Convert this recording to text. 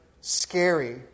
scary